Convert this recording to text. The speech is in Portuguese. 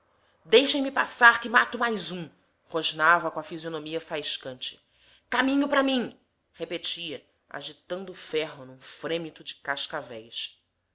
parede deixem-me passar que mato mais um rosnava com a fisionomia faiscante caminho para mim repetia agitando o ferro num frêmito de cascavéis